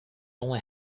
only